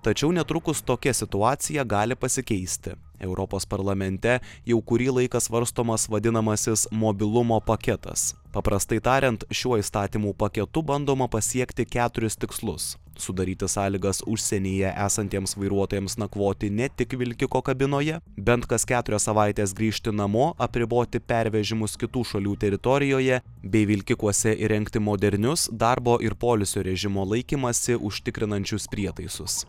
tačiau netrukus tokia situacija gali pasikeisti europos parlamente jau kurį laiką svarstomas vadinamasis mobilumo paketas paprastai tariant šiuo įstatymų paketu bandoma pasiekti keturis tikslus sudaryti sąlygas užsienyje esantiems vairuotojams nakvoti ne tik vilkiko kabinoje bent kas keturias savaites grįžti namo apriboti pervežimus kitų šalių teritorijoje bei vilkikuose įrengti modernius darbo ir poilsio režimo laikymąsi užtikrinančius prietaisus